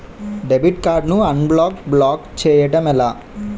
Debit card ను unblock block చేయటం ఎలా?